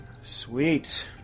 Sweet